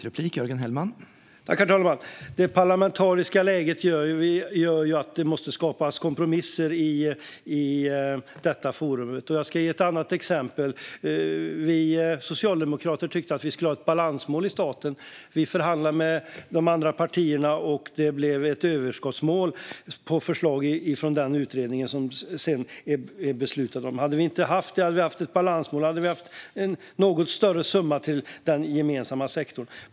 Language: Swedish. Herr talman! Det parlamentariska läget gör att det måste skapas kompromisser i detta forum. Jag ska ge ett annat exempel. Vi socialdemokrater tyckte att vi skulle ha ett balansmål i staten, men vi förhandlar med de andra partierna. Utredningen kom med förslag på ett överskottsmål, som man sedan fattat beslut om. Hade vi inte haft det utan ett balansmål hade vi haft en något större summa till den gemensamma sektorn.